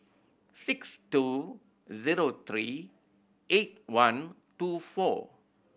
six two zero three eight one two four